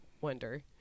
wonder